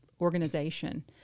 organization